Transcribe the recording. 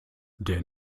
der